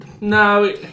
no